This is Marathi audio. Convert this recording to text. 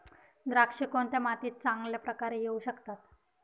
द्राक्षे कोणत्या मातीत चांगल्या प्रकारे येऊ शकतात?